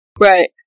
Right